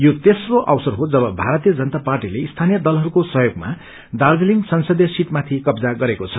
यो तेस्रो अवसर हो जब भारतीय जनता पार्टीले स्थानीय दलहरूको सहयोगमा दार्जीलिङ संसदीय सीटमाथि कब्जा गरेको छ